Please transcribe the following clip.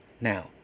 Now